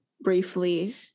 briefly